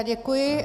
Děkuji.